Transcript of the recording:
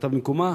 אתה במקומה